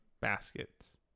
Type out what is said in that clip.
baskets